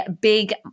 big